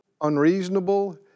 unreasonable